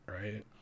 right